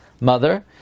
mother